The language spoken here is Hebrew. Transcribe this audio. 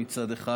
מצד אחד,